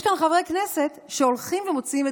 יש כאן חברי כנסת שהולכים ומוציאים את